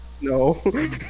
No